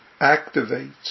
activates